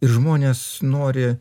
ir žmonės nori